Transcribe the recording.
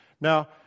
Now